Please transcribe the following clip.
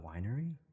winery